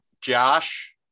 Josh